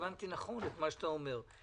מוודא שהבנתי נכון את מה שאתה אומר.